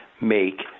make